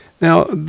Now